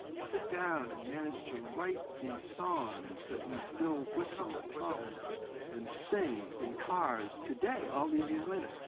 sit down and managed to write these songs that we still whistle and hum and sing in cars today, all these years later.